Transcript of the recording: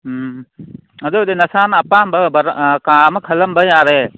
ꯎꯝ ꯑꯗꯨꯕꯨꯗꯤ ꯅꯁꯥꯅ ꯑꯄꯥꯝꯕ ꯀꯥ ꯑꯃ ꯈꯜꯂꯝꯕ ꯌꯥꯔꯦ